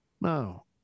No